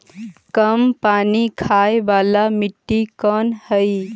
कम पानी खाय वाला मिट्टी कौन हइ?